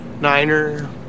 niner